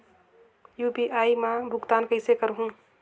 UPI मा भुगतान कइसे करहूं?